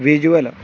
visual